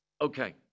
Okay